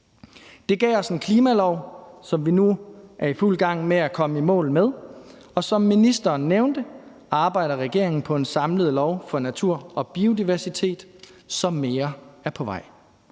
Det gav os en klimalov, som vi nu er i fuld gang med at komme i mål med, og som ministeren nævnte, arbejder regeringen på en samlet lov for natur og biodiversitet, så mere er på vej.